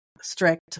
strict